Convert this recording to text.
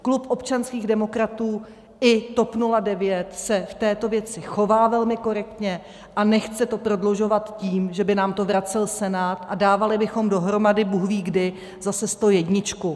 Klub občanských demokratů i TOP 09 se v této věci chová velmi korektně a nechce to prodlužovat tím, že by nám to vracel Senát a dávali bychom dohromady bůhvíkdy zase stojedničku.